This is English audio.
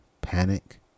panic